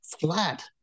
flat